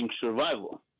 survival